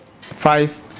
five